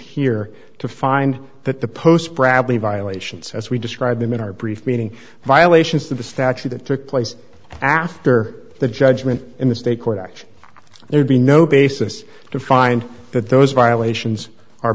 here to find that the post bradley violations as we described them in our brief meeting violations that the statute that took place after the judgment in the state court action there would be no basis to find that those violations